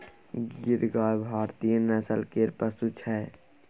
गीर गाय भारतीय नस्ल केर पशु छै